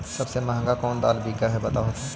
सबसे महंगा कोन दाल बिक है बताहु तो?